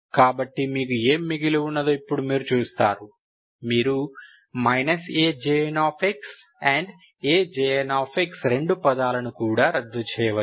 కాబట్టి మీకు ఏమి మిగిలి ఉన్నదో ఇప్పుడు మీరు చూస్తారు మీరు ఈ AJnx AJnx 2 పదాలను కూడా రద్దు చేయవచ్చు